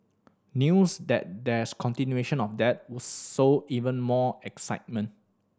news that there's continuation of that will sow even more excitement